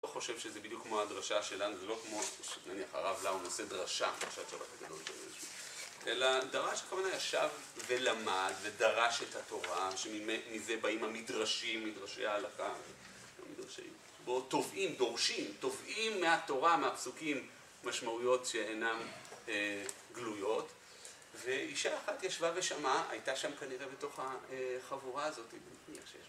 אני לא חושב שזה בדיוק כמו הדרשה שלנו, זה לא כמו, נניח, הרב לאו נושא דרשה בשבת הגדול, כן, אלא דרש, הכוונה ישב ולמד, ודרש את התורה שמזה באים המדרשים, מדרשי ההלכה, מדרשאים, בו תובעים, דורשים, תובעים מהתורה מהפסוקים, משמעויות שאינן גלויות, ואישה אחת ישבה ושמעה, הייתה שם כנראה בתוך החבורה הזאת